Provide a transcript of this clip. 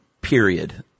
period